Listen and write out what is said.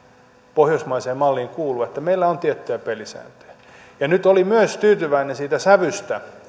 pohjoismaiseen malliin kuuluu että meillä on tiettyjä pelisääntöjä ja nyt olin tyytyväinen myös siitä sävystä